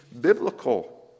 biblical